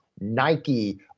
Nike